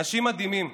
אנשים מדהימים,